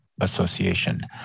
association